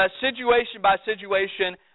situation-by-situation